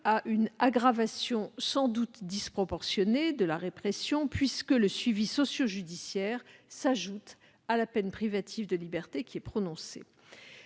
à une aggravation sans doute disproportionnée de la répression, puisque le suivi socio-judiciaire s'ajoute à la peine privative de liberté prononcée.